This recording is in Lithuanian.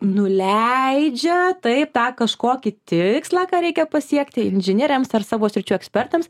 nuleidžia taip tą kažkokį tikslą ką reikia pasiekti inžinieriams ar savo sričių ekspertams